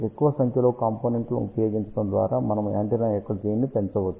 ఎక్కువ సంఖ్యలో కాంపోనెంట్లను ఉపయోగించడం ద్వారా మనము యాంటెన్నా యొక్క గెయిన్ ని పెంచవచ్చు